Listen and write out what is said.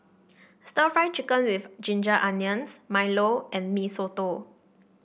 stir Fry Chicken with Ginger Onions Milo and Mee Soto